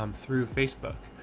um through facebook.